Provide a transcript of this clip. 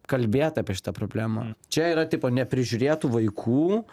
kalbėt apie šitą problemą čia yra tipo neprižiūrėtų vaikų